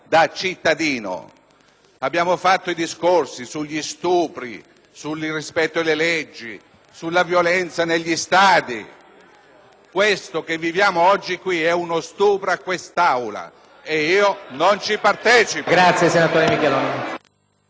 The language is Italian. abbiamo fatto discorsi sugli stupri, sul rispetto delle leggi, sulla violenza negli stadi. Questo che viviamo oggi è uno stupro all'Aula, e io non vi partecipo.